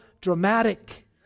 dramatic